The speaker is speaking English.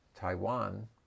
Taiwan